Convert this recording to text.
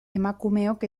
emakumeok